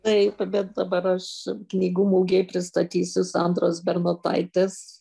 taip bet dabar aš knygų mugėj pristatysiu sandros bernotaitės